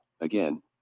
Again